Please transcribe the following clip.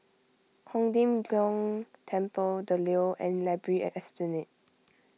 Hong Lim Jiong Temple the Leo and Library at Esplanade